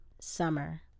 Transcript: summer